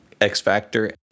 X-Factor